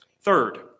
Third